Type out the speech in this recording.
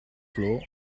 floor